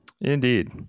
Indeed